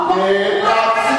הוא היה חייב להגיע,